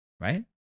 Right